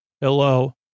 Hello